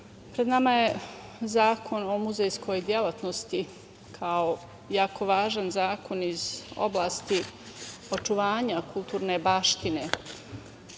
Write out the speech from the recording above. pred nama je Zakon o muzejskoj delatnosti kao jako važan zakon iz oblasti očuvanja kulturne baštine